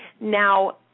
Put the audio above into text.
Now